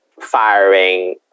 firing